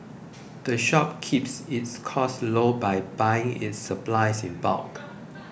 the shop keeps its costs low by buying its supplies in bulk